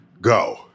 Go